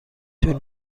طول